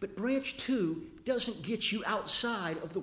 but bridge too doesn't get you outside of the